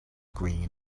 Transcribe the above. green